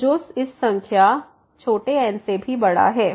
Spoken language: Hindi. तो जो इस संख्या n से भी बड़ा है